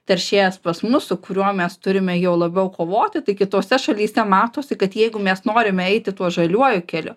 teršėjas pas mus su kuriuo mes turime jau labiau kovoti tai kitose šalyse matosi kad jeigu mes norime eiti tuo žaliuoju keliu